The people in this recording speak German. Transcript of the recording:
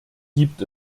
gibt